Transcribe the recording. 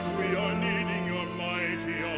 we are needing your mighty